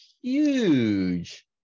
huge